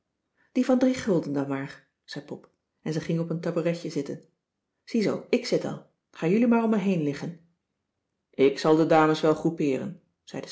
die van drie gulden dan maar zei pop en ze ging op een tabouretje zitten ziezoo ik zit al ga jullie maar om me heen liggen ik zal de dames wel groepeeren zei